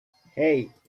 hey